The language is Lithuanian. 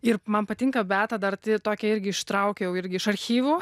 ir man patinka beata dar turi tokią irgi ištraukiau irgi iš archyvų